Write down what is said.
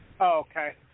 Okay